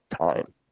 time